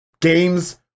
games